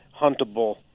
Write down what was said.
huntable